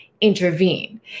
intervene